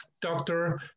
doctor